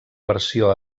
versió